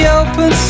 open